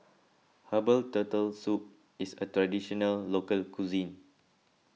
Herbal Turtle Soup is a Traditional Local Cuisine